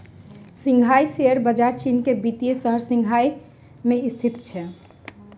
Shanghai share बजार चीन के वित्तीय शहर शंघाई में स्थित अछि